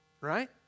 right